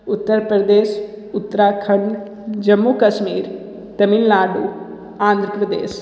Uttar Pradesh Uttarakhand Jammu Kashmir Tamil Nadu Andhra Pradesh